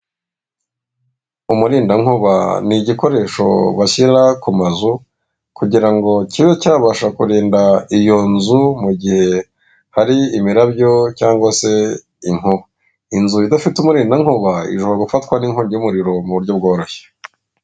Umurindankuba ni igikoresho bashyira ku mazu kugirango kibe cyabasha kurinda iyo nzu mu gihe hari imirabyo cyangwa se inkuba. Inzu idafite umurindankuba ishobora gufatwa n'inkongi y'umuriro mu buryo bworoshye.